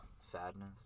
sadness